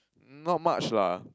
um not much lah